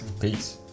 Peace